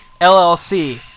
LLC